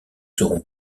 serons